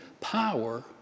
power